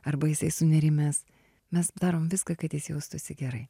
arba jisai sunerimęs mes darom viską kad jis jaustųsi gerai